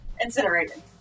Incinerated